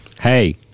Hey